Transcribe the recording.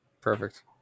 Perfect